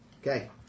Okay